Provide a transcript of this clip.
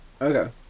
Okay